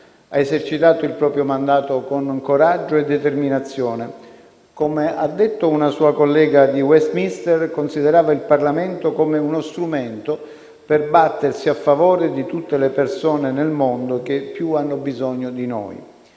Ha esercitato il proprio mandato con coraggio e determinazione. Come ha detto una sua collega di Westminster, considerava il Parlamento come uno strumento per battersi a favore di tutte le persone nel mondo che più hanno bisogno di noi.